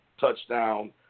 touchdown –